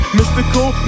mystical